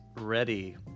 ready